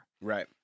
Right